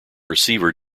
receiver